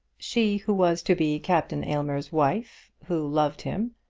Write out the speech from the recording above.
she who was to be captain aylmer's wife, who loved him,